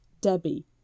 Debbie